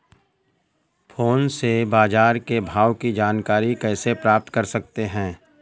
Phone से बाजार के भाव की जानकारी कैसे प्राप्त कर सकते हैं?